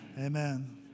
Amen